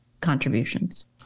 contributions